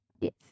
Yes